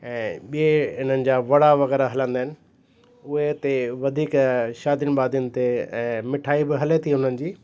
ऐं ॿिए इन्हनि जा वड़ा वग़ैरह हलंदा आहिनि उहे हिते वधीक शादियुनि वादियुनि ते ऐं मिठाई बि हले थी उन्हनि जी